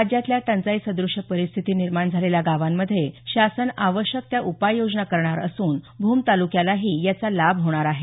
राज्यातल्या टंचाई सदृश्य परिस्थिती निर्माण झालेल्या गावांमध्ये शासन आवश्यक त्या उपाययोजना करणार असून भूम तालुक्यालाही याचा लाभ होणार आहे